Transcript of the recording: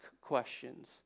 questions